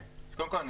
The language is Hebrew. אז קודם כול,